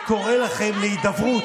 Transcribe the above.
על מה אתה מדבר?